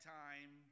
time